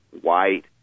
white